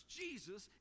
jesus